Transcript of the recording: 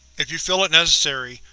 if you feel it necessary,